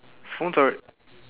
phones are